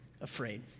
afraid